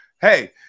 Hey